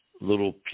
little